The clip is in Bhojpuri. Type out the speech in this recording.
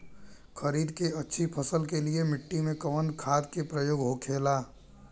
खरीद के अच्छी फसल के लिए मिट्टी में कवन खाद के प्रयोग होखेला?